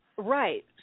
Right